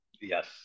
Yes